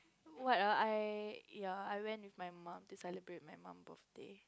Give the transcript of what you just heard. what ah I ya I went with my mum to celebrate my mum birthday